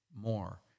more